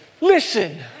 Listen